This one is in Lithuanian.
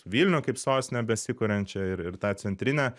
vilnių kaip sostinę besikuriančią ir ir tą centrinę